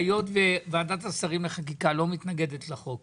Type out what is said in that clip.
היות וועדת השרים לחקיקה לא מתנגדת לחוק